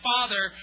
Father